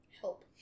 help